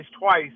twice